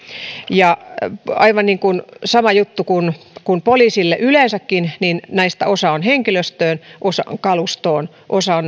ja aivan sama juttu kuin poliisille yleensäkin näistä osa on henkilöstöön osa on kalustoon ja osa